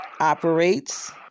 operates